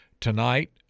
tonight